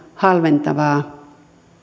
halventavaa